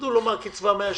יורידו לו מהקצבה 100 שקל.